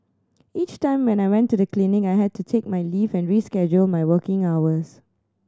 each time when I went to the clinic I had to take my leave and reschedule my working hours